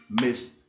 miss